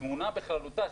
התמונה בכללותה,